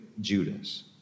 Judas